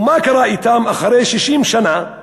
ומה קרה אתם אחרי 60 שנה?